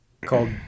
Called